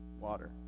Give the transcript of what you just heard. water